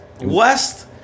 West